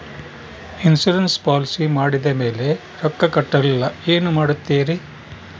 Insurance policy ಮಾಡಿದ ಮೇಲೆ ರೊಕ್ಕ ಕಟ್ಟಲಿಲ್ಲ ಏನು ಮಾಡುತ್ತೇರಿ?